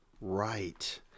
right